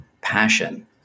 passion